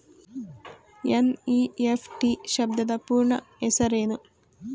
NEFT ಎಂಬ ಶಬ್ದದ ಪೂರ್ಣ ಹೆಸರೇನು?